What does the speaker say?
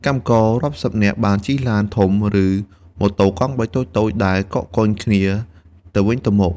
កម្មកររាប់សិបនាក់បានជិះឡានធំ ឬម៉ូតូកង់បីតូចៗដែលកកកុញគ្នាទៅវិញទៅមក។